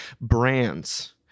brands